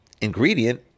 ingredient